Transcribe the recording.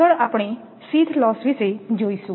આગળ આપણે sheath loss વિશે જોઈશું